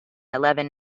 eleven